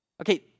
Okay